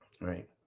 Right